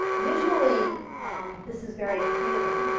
visually um this is very appealing,